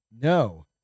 No